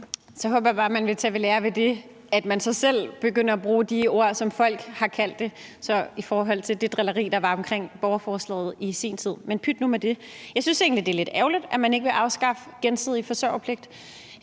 Så håber jeg bare, at man vil tage ved lære af, at man så selv begynder at bruge de ord, som folk har brugt om det, i forhold til det drilleri, der var omkring borgerforslaget i sin tid, men pyt nu med det. Jeg synes egentlig, at det er lidt ærgerligt, at man ikke vil afskaffe den gensidige forsørgerpligt.